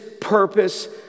purpose